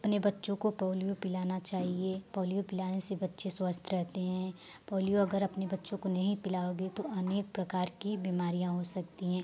अपने बच्चों को पोलियो पिलाना चाहिए पोलियो पिलाने से बच्चे स्वस्थ रहते हैं पोलियो अगर अपने बच्चों को नहीं पिलाओगे तो अनेक प्रकार की बीमारियाँ हो सकती हैं